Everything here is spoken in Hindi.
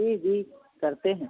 जी जी करते हैं